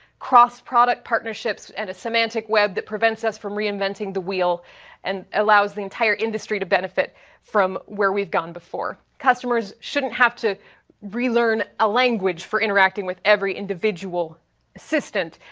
cross-product partnerships and a semantic web that prevents us from reinventing the wheel and allows the entire industry to benefit from where we've gone before. customers shouldn't have to relearn a language for interacting with every individual assistant.